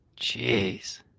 Jeez